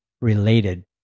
related